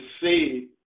see